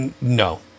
no